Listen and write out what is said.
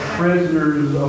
prisoners